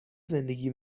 زندگی